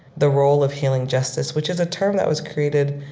the role of healing justice, which is a term that was created